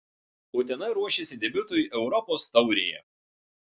utena ruošiasi debiutui europos taurėje